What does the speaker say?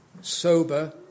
sober